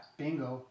bingo